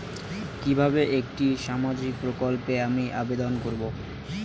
কিভাবে একটি সামাজিক প্রকল্পে আমি আবেদন করব?